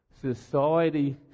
Society